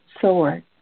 sword